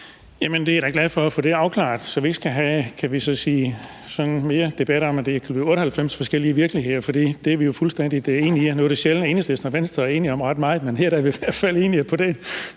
Det er jeg da glad for at få afklaret, så vi ikke sådan skal have mere debat om, at det er 98 forskellige virkeligheder, for det er vi jo fuldstændig enige i. Nu er det sjældent, at Enhedslisten og Venstre er enige om ret meget, men her er vi i hvert fald enige om det.